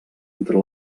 entre